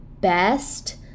best